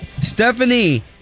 Stephanie